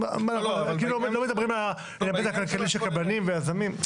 ואתם כאילו לא מדברים על ההיבט הכלכלי של קבלנים ויזמים.